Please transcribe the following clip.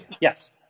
yes